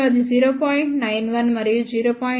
91 మరియు 0